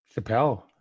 Chappelle